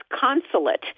consulate